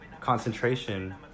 concentration